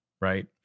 right